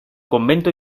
convento